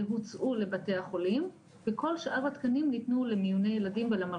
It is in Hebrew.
בוצעו לבתי החולים וכל שאר התקנים ניתנו למיוני ילדים ול ...